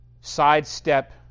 sidestep